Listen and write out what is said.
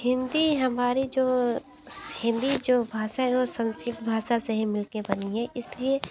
हिंदी हमारी जो हिंदी जो भाषा है वो संस्कृत भाषा से ही मिल कर बनी है इस लिए